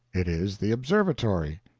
it is the observatory.